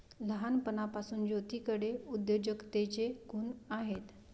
लहानपणापासून ज्योतीकडे उद्योजकतेचे गुण आहेत